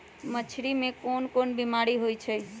मछरी मे कोन कोन बीमारी होई छई